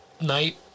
night